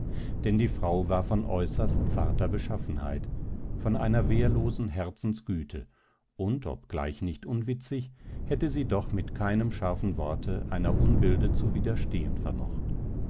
denn die frau war von äußerst zarter beschaffenheit von einer wehrlosen herzensgüte und obgleich nicht unwitzig hätte sie doch mit keinem scharfen worte einer unbilde zu widerstehen vermocht